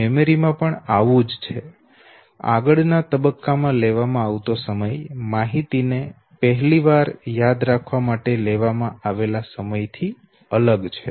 memory માં પણ આવું જ છે અને તેથી આગળના તબક્કા માં લેવામાં આવતો સમય માહિતી ને પહેલી વાર યાદ રાખવા માટે લેવામાં આવેલા સમયથી અલગ છે